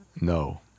No